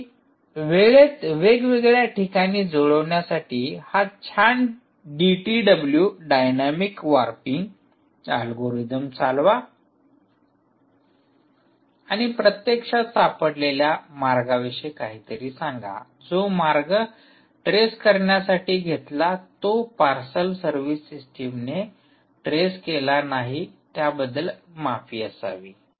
आणि वेळेत वेगवेगळ्या ठिकाणे जुळविण्यासाठी हा छान DTW dynamic time warping algorithm चालवा आणि प्रत्यक्षात सापडलेल्या मार्गाविषयी काहीतरी सांगा जो मार्ग ट्रेस करण्यासाठी घेतला तो पार्सल सर्व्हिस सिस्टमने ट्रेस केला नाही त्याबद्दल माफी असावी